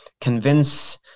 convince